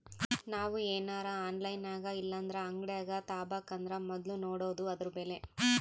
ನಾವು ಏನರ ಆನ್ಲೈನಿನಾಗಇಲ್ಲಂದ್ರ ಅಂಗಡ್ಯಾಗ ತಾಬಕಂದರ ಮೊದ್ಲು ನೋಡಾದು ಅದುರ ಬೆಲೆ